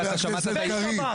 חבר הכנסת קריב,